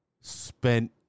spent